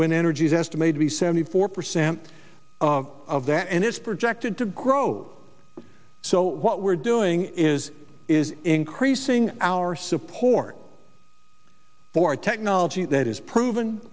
when energy is estimated to be seventy four percent of that and is projected to grow so what we're doing is is increasing our support for a technology that is proven